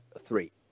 three